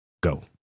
Go